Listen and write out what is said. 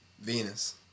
Venus